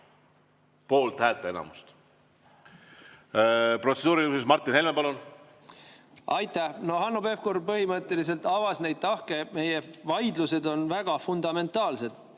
poolthäälte enamust. Protseduuriline küsimus, Martin Helme, palun! Aitäh! Hanno Pevkur põhimõtteliselt avas neid tahke. Meie vaidlused on väga fundamentaalsed.